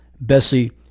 Bessie